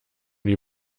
die